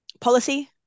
policy